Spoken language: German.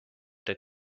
der